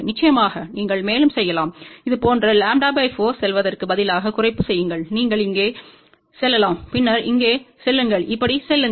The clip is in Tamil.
நிச்சயமாக நீங்கள் மேலும் செய்யலாம் இதுபோன்று λ 4 செல்வதற்கு பதிலாக குறைப்பு செய்யுங்கள்நீங்கள் இங்கே செல்லலாம் பின்னர் இங்கே செல்லுங்கள் இப்படி செல்லுங்கள்